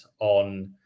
on